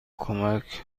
کمک